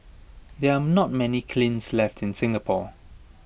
there are not many cleans left in Singapore